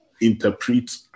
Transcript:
interpret